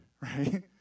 right